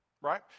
right